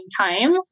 time